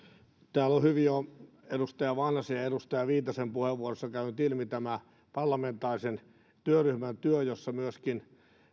täällä on hyvin jo edustaja vanhasen ja edustaja viitasen puheenvuoroissa käynyt ilmi tämä parlamentaarisen työryhmän työ jossa myöskin